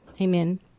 Amen